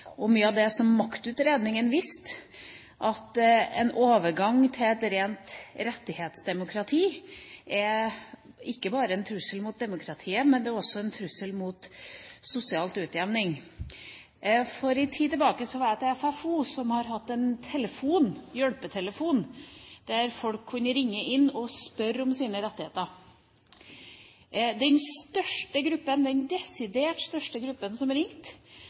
en overgang til et rent rettighetsdemokrati ikke bare er en trussel mot demokratiet, men også en trussel mot sosial utjevning. For en tid tilbake var jeg hos FFO, som har hatt en hjelpetelefon der folk kunne ringe inn og spørre om sine rettigheter. Den desidert største gruppen som ringte, var foreldre med funksjonshemmede barn. Det var så å si ingen av dem som